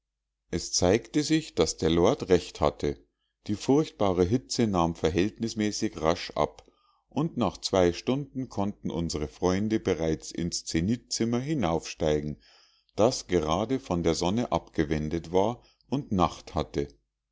es zeigte sich daß der lord recht hatte die furchtbare hitze nahm verhältnismäßig rasch ab und nach zwei stunden konnten unsre freunde bereits ins zenithzimmer hinaufsteigen das gerade von der sonne abgewendet war und nacht hatte